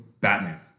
Batman